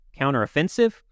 counteroffensive